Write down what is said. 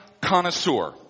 connoisseur